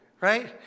right